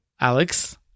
Alex